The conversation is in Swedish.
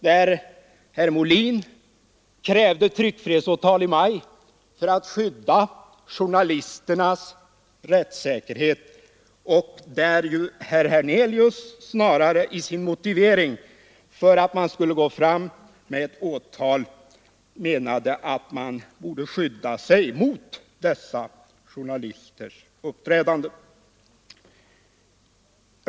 Herr Molin krävde tryckfrihetsåtal i maj för att skydda journalisternas rättssäkerhet, medan herr Hernelius snarare i sin motivering för att man skulle gå fram med ett åtal menade att man borde skyddas mot dessa journalisters uppträdande.